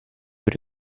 per